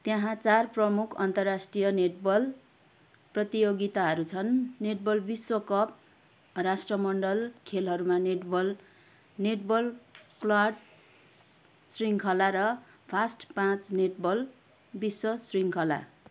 त्यहाँ चार प्रमुख अन्तर्राष्ट्रिय नेटबल प्रतियोगिताहरू छन् नेटबल विश्व कप राष्ट्रमण्डल खेलहरूमा नेटबल नेटबल क्लाड शृङ्खला र फास्ट पाँच नेटबल विश्व शृङ्खला